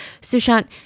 Sushant